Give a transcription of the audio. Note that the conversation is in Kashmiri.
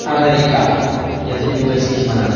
امریٖکہ یَتھ زَن یوٗ ایس اے چھِ وَنان